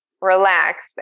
relax